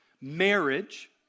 Marriage